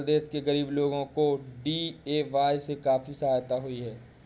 आंध्र प्रदेश के गरीब लोगों को भी डी.ए.वाय से काफी सहायता हुई है